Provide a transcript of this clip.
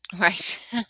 Right